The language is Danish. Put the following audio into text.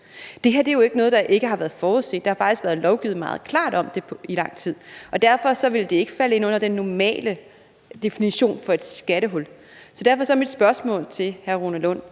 Det her er jo ikke noget, der ikke har været forudset. Der har faktisk været lovgivet meget klart om det i lang tid, og derfor vil det ikke falde ind under den normale definition på et skattehul. Derfor er mit spørgsmål til hr. Rune Lund: